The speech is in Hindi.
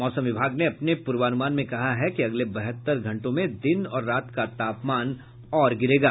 मौसम विभाग ने अपने पूर्वानुमान में कहा है कि अगले बहत्तर घंटे में दिन और रात का तापमान और गिरेगा